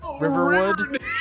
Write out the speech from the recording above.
Riverwood